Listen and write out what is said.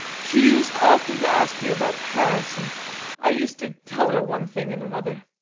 she used often to ask me about paris, and i used to tell her one thing and another.